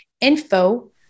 info